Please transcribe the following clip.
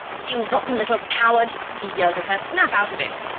you rotten little coward, he yelled at her, snap out of it!